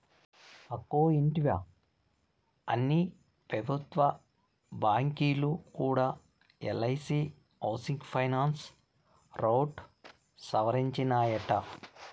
అక్కో ఇంటివా, అన్ని పెబుత్వ బాంకీలు కూడా ఎల్ఐసీ హౌసింగ్ ఫైనాన్స్ రౌట్ సవరించినాయట